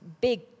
big